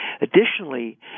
Additionally